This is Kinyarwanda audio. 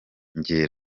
gake